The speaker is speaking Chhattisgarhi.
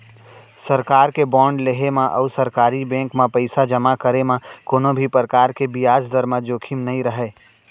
सरकार के बांड लेहे म अउ सरकारी बेंक म पइसा जमा करे म कोनों भी परकार के बियाज दर म जोखिम नइ रहय